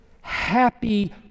happy